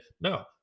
No